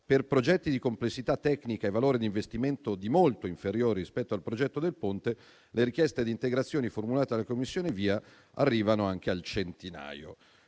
Per progetti di complessità tecnica e valore di investimento di molto inferiori rispetto al progetto del Ponte le richieste di integrazioni formulate dalla commissione VIA arrivano anche al centinaio.